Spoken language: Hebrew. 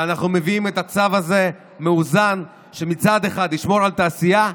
ואנחנו מביאים את הצו הזה מאוזן: שמצד אחד ישמור על התעשייה,